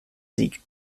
sieg